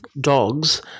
dogs